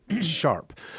sharp